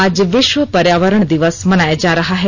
आज विश्व पर्यावरण दिवस मनाया जा रहा है